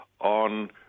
on